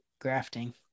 grafting